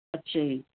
ਅੱਛਾ ਜੀ